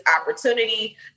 opportunity